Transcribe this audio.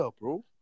bro